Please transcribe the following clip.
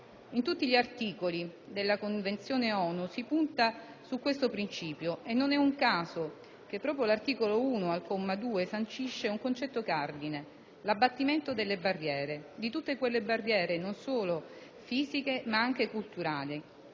In tutti gli articoli della Convenzione ONU si punta su questo principio e non è un caso che proprio l'articolo 1, al comma 2, sancisce un concetto cardine: l'abbattimento delle barriere, di tutte quelle barriere non solo fisiche ma anche culturali,